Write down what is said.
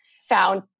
found